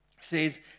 says